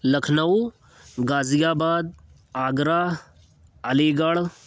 Lucknow Ghaziabad Agra Ali Garh